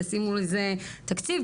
ישימו לזה תקציב,